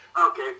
Okay